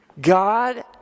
God